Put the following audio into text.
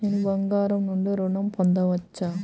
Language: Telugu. నేను బంగారం నుండి ఋణం పొందవచ్చా?